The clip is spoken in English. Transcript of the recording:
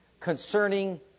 concerning